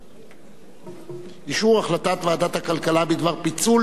אישור החלטת ועדת הכלכלה בדבר פיצול הצעת חוק התקשורת.